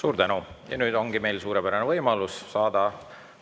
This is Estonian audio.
Suur tänu! Ja nüüd ongi meil suurepärane võimalus saada